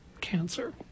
cancer